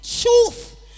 truth